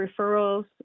referrals